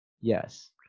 Yes